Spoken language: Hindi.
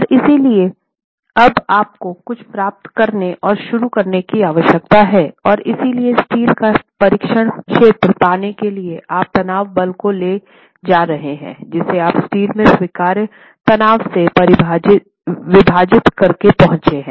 और इसलिए अब आपको कुछ प्राप्त करने और शुरू करने की आवश्यकता है और इसलिए स्टील का परीक्षण क्षेत्र पाने के लिए आप तनाव बल को ले जा रहे हैं जिसे आप स्टील में स्वीकार्य तनाव से विभाजित करके पहुंचे हैं